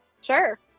Sure